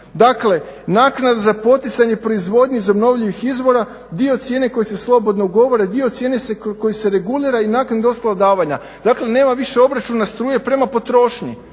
Dakle naknada za poticanje proizvodnje obnovljivih izvora dio cijene koji se slobodno govori, dio cijene koji se regulira i nakon ostalih davanja. Dakle nema više obračuna struje prema potrošnji